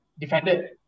defended